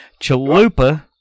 Chalupa